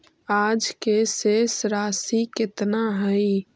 आज के शेष राशि केतना हई?